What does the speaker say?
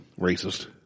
Racist